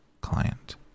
client